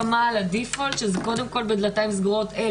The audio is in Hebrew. ה-default שזה קודם כול בדלתיים סגורות,